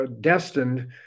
destined